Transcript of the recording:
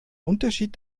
unterschied